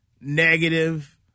negative –